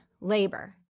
labor